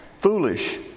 foolish